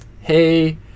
hey